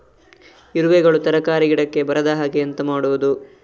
ಇರುವೆಗಳು ತರಕಾರಿ ಗಿಡಕ್ಕೆ ಬರದ ಹಾಗೆ ಎಂತ ಮಾಡುದು?